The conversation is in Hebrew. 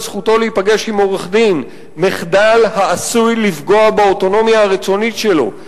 זכותו להיפגש עם עורך-דין מחדל העשוי לפגוע באוטונומיה הרצונית שלו,